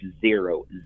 zero